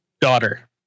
daughter